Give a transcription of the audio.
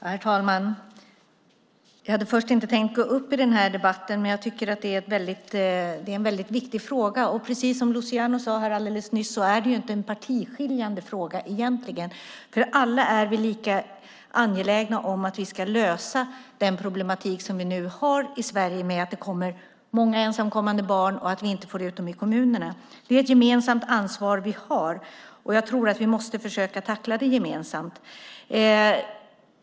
Herr talman! Jag hade först inte tänkt gå upp i den här debatten, men jag tycker att det är en viktig fråga. Precis som Luciano sade här alldeles nyss är det inte en partiskiljande fråga egentligen. Alla är vi lika angelägna om att vi ska lösa den problematik som vi nu har i Sverige med att det kommer många ensamkommande barn och att vi inte får ut dem i kommunerna. Det är ett gemensamt ansvar som vi har. Jag tror att vi måste försöka tackla det gemensamt.